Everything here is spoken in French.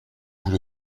vous